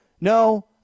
No